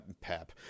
Pep